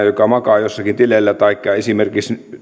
joka makaa jossakin tileillä taikka esimerkiksi